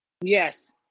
Yes